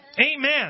Amen